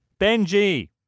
Benji